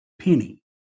penny